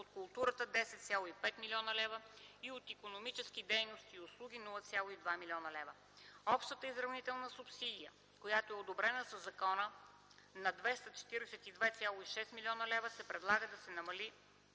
от културата – 10,5 млн. лв. и от икономическите дейности и услуги – 0,2 млн.лв. От общата изравнителна субсидия, която е одобрена със закона на 242,6 млн. лв., се предлага да се намалят